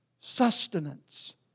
sustenance